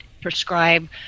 prescribe